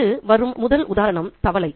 எனக்கு வரும் முதல் உதாரணம் தவளை